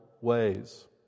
ways